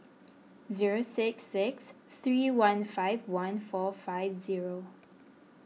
zero six six three one five one four five zero